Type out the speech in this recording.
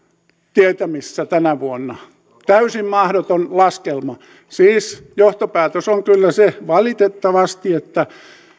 tietämissä tänä vuonna täysin mahdoton laskelma siis johtopäätös on kyllä valitettavasti se että